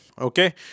okay